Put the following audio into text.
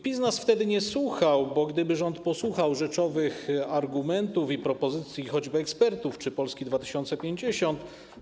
PiS nas wtedy nie słuchał, bo gdyby rząd posłuchał rzeczowych argumentów i propozycji choćby ekspertów czy Polski 2050.